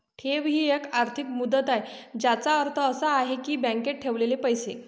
ठेव ही एक आर्थिक मुदत आहे ज्याचा अर्थ असा आहे की बँकेत ठेवलेले पैसे